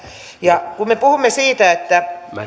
ja kun me puhumme siitä että